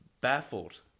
baffled